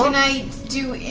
i do